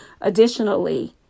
additionally